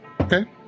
Okay